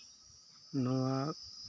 ᱱᱚᱣᱟ